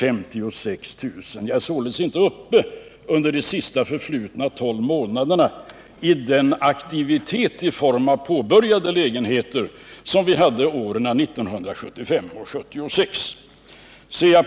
Vi är således under de senast förflutna 12 månaderna inte uppe i den aktivitet i form av påbörjade lägenheter som vi hade åren 1975 och 1976.